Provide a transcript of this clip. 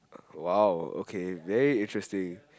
!wow! okay very interesting